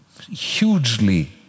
Hugely